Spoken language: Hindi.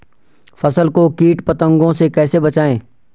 फसल को कीट पतंगों से कैसे बचाएं?